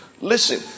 Listen